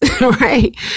Right